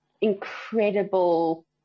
incredible